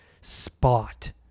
spot